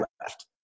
left